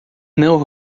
não